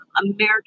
american